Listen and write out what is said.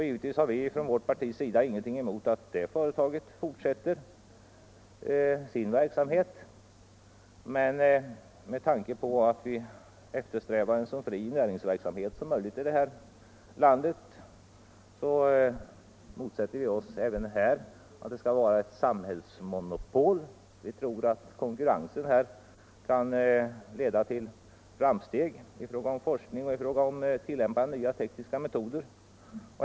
Givetvis har vi ingenting emot att det företaget fortsätter sin verksamhet, men med tanke på att vi eftersträvar en så fri näringsverksamhet som möjligt i det här landet motsätter vi oss även här att det skall vara ett samhällsmonopol. Vi tror att konkurrens på detta område kan leda till framsteg i fråga om forskning och tilllämpning av nya tekniska metoder.